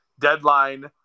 deadline